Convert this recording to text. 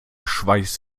schweiß